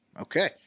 Okay